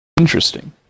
Interesting